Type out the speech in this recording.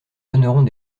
donneront